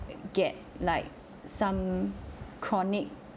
get like some chronic